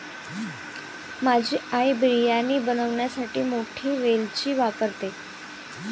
माझी आई बिर्याणी बनवण्यासाठी मोठी वेलची वापरते